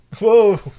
Whoa